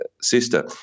sister